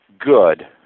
good